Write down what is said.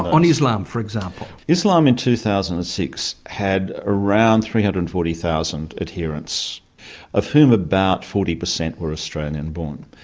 on islam, for example? islam in two thousand and six had around three hundred and forty thousand adherents of whom about forty per cent were australian born.